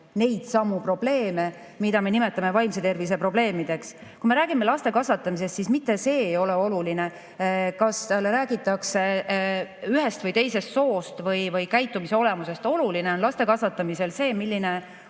neidsamu probleeme, mida me nimetame vaimse tervise probleemideks. Kui me räägime laste kasvatamisest, siis mitte see ei ole oluline, kas talle räägitakse ühest või teisest soost või käitumise olemusest. Oluline on laste kasvatamisel see, milline